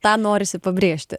tą norisi pabrėžti